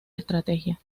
estrategia